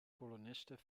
kolonisten